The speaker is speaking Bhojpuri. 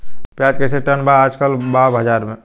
प्याज कइसे टन बा आज कल भाव बाज़ार मे?